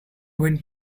when